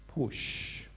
push